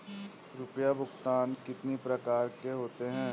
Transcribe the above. रुपया भुगतान कितनी प्रकार के होते हैं?